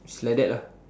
it's like that lah